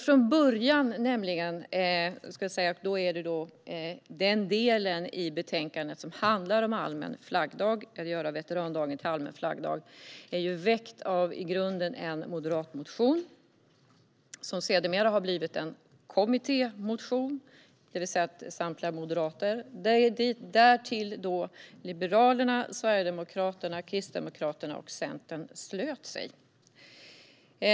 Den del i betänkandet som handlar om att göra veterandagen till allmän flaggdag går tillbaka på en motion som i grunden väcktes av Moderaterna. Senare blev den en kommittémotion från samtliga moderater, och till den har sedan Liberalerna, Sverigedemokraterna, Kristdemokraterna och Centern anslutit sig.